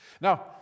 Now